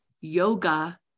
Yoga